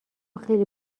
خیلی